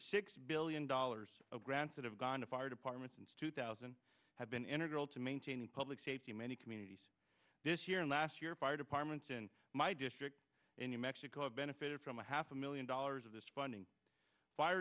six billion dollars of grants that have gone to fire departments since two thousand have been integral to maintaining public safety many communities this year and last year fire departments in my district in new mexico have benefited from a half a million dollars of this funding fire